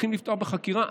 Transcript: צריכים לפתוח בחקירה.